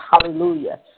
Hallelujah